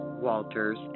Walters